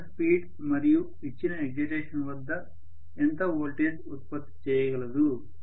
ఇచ్చిన స్పీడ్ మరియు ఇచ్చిన ఎక్సైటేషన్ వద్ద ఎంత వోల్టేజ్ ఉత్పత్తి చేయగలదు